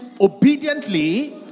obediently